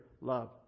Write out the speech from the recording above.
love